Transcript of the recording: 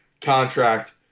contract